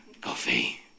coffee